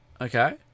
Okay